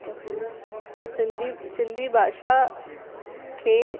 सिंधी सिंधी भाषा खे